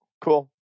Cool